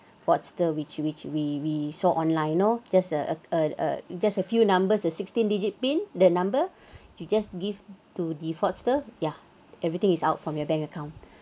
fraudsters which which we we saw online you know just a a a just a few numbers the sixteen digit pin the number you just give to the fraudsters ya everything is out from your bank account